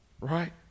right